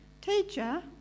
Teacher